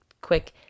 quick